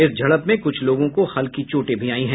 इस झड़प में कुछ लोगों को हल्की चोट भी आयी हैं